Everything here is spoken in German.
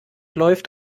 läuft